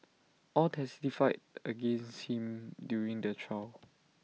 all testified against him during the trial